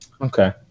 Okay